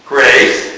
Grace